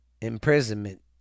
imprisonment